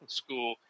school